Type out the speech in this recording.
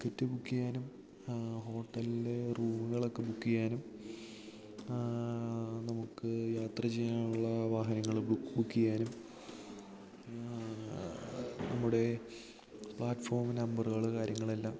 ticket book ചെയ്യാനും ഹോട്ടൽല് റൂമുകളൊക്കെ ബുക്ക് ചെയ്യാനും നമുക്ക് യാത്ര ചെയ്യാനുള്ള വാഹനങ്ങൾ ബുക്ക് ചെയ്യാനും നമ്മുടെ പ്ലാറ്റ്ഫോം നമ്പറുകൾ കാര്യങ്ങൾ എല്ലാം